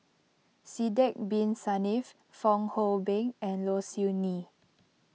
Sidek Bin Saniff Fong Hoe Beng and Low Siew Nghee